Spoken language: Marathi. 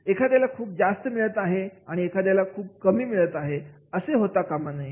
एखाद्याला खूप जास्त मिळत आहे आणि एखाद्याला मात्र कमी असं होता कामा नये